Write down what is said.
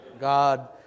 God